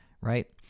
right